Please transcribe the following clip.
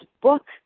book